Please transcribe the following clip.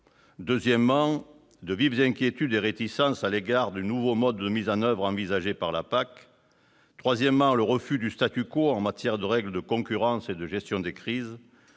deuxièmement, de vives inquiétudes et réticences à l'égard du nouveau mode de mise en oeuvre envisagé de la PAC ; troisièmement, le refus du en matière de règles de concurrence et de gestion de crise